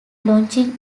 launching